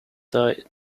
tech